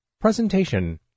Presentation